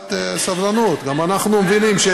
קצת סבלנות, גם אנחנו מבינים,